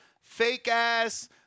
fake-ass